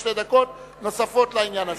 שתי דקות נוספות לעניין הזה.